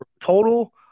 total